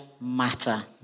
matter